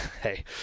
Hey